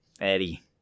Eddie